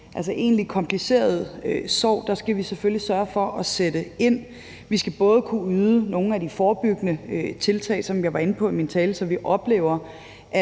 til egentlig kompliceret sorg, skal vi selvfølgelig sørge for at sætte ind. Vi skal både kunne yde nogle af de forebyggende indsatser, som jeg var inde på i min tale, så vi oplever,